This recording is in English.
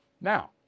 Now